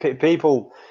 people